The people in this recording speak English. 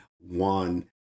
one